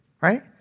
Right